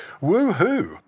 Woo-hoo